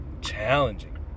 challenging